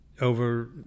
over